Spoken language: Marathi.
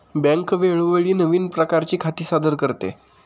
बँक वेळोवेळी नवीन प्रकारची खाती सादर करते